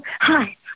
hi